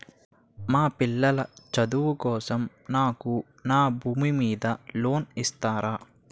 మా పిల్లల చదువు కోసం నాకు నా భూమి మీద లోన్ ఇస్తారా?